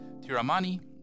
Tiramani